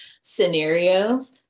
scenarios